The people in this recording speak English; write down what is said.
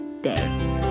day